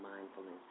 Mindfulness